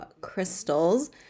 crystals